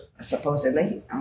supposedly